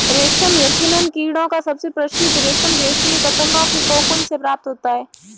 रेशम यकीनन कीड़ों का सबसे प्रसिद्ध रेशम रेशमी पतंगों के कोकून से प्राप्त होता है